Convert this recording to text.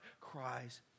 cries